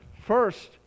First